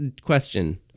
question